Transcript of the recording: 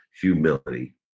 humility